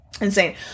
Insane